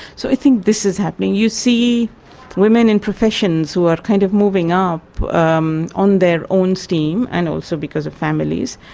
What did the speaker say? so i think this is happening. you see women in professions who are kind of moving up um on their own steam, and also because of families.